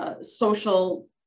Social